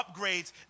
upgrades